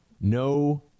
no